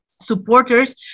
supporters